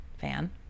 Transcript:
fan